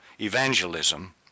evangelism